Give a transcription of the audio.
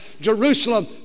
Jerusalem